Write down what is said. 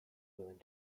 willing